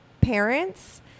parents